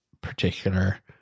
particular